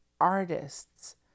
artists